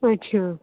अच्छा